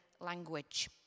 language